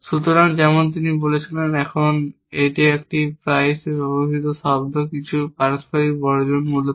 সুতরাং যেমন তিনি বলেছিলেন এখন এটি একটি প্রায়শই ব্যবহৃত শব্দ কিছু পারস্পরিক বর্জন মূলত